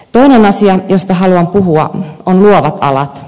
toinen asia josta haluan puhua on luovat alat